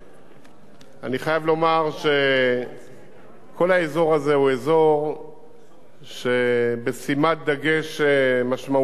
אני חייב לומר שכל האזור הזה הוא אזור שבשימת דגש משמעותית מפותח,